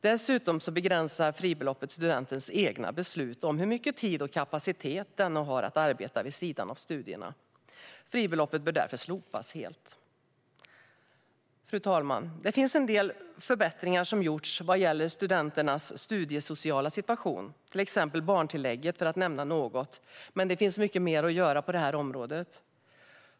Dessutom begränsar fribeloppet studentens egna beslut om hur mycket tid och kapacitet denne har att arbeta vid sidan av studierna. Fribeloppet bör därför slopas helt. Fru talman! En del förbättringar har gjorts vad gäller studenters studiesociala situation, till exempel barntillägget. Men det finns mycket mer att göra på det området.